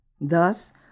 Thus